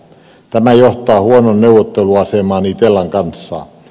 tämä johtaa huonoon neuvotteluasemaan itellan kanssa